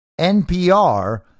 NPR